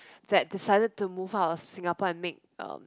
that decided to move out of Singapore and make um